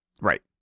right